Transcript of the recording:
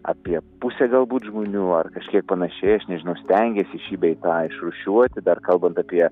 apie pusė galbūt žmonių ar kažkiek panašiai aš nežinau stengiasi šį bei tą išrūšiuoti dar kalbant apie